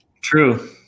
True